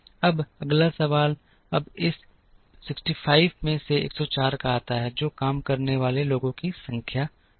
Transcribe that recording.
अब अगला सवाल अब इस 65 में से 104 का आता है जो काम करने वाले लोगों की संख्या है